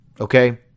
okay